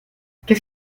qu’est